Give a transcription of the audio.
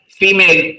female